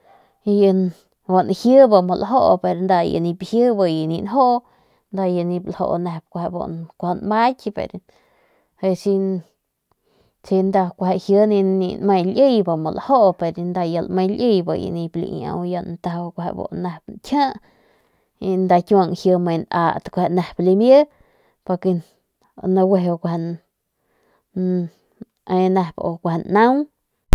Nip lju lae cuando ljie si lju pero ya con nau ya nip ljuu kueje ya nip lju nmaik pe si nda nip lame liey lju pero ya nda lame liey ya nip ljuu nip liiau pik kuaju nkjie y nda ikiuan lme nat nep limie naguiju ne ne naun.